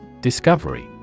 Discovery